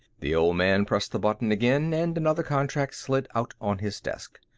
the old man pressed the button again and another contract slid out on his desk.